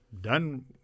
done